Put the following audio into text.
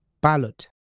ballot